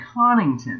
Connington